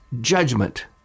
judgment